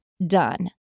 Done